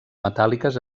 metàl·liques